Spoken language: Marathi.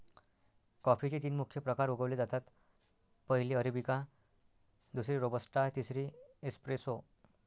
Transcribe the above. कॉफीचे तीन मुख्य प्रकार उगवले जातात, पहिली अरेबिका, दुसरी रोबस्टा, तिसरी एस्प्रेसो